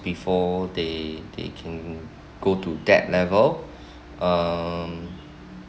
before they they can go to that level um